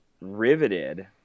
riveted